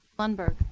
lundberg.